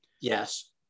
Yes